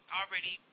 already